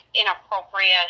inappropriate